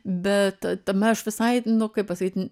bet tame aš visai nu kaip pasakyt